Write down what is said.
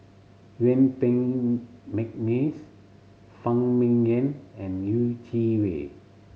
Yuen Peng McNeice Phan Ming Yen and Yeh Chi Wei